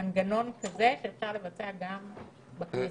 מנגנון כזה שאפשר לבצע גם בכנסת.